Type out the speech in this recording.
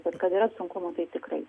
bet kad yra sunkumų tai tikrai